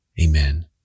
Amen